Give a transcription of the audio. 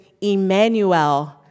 Emmanuel